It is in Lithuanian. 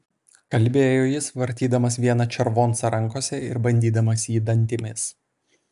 kalbėjo jis vartydamas vieną červoncą rankose ir bandydamas jį dantimis